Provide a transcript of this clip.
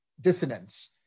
dissonance